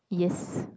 yes